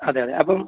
അതെ അതെ അപ്പം